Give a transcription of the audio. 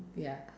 ya